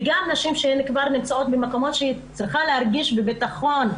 וגם נשים שכבר נמצאות במקומות הן צריכות להרגיש ביטחון.